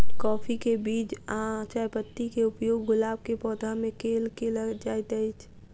काफी केँ बीज आ चायपत्ती केँ उपयोग गुलाब केँ पौधा मे केल केल जाइत अछि?